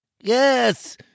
Yes